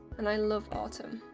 and i love autumn,